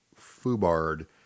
foobarred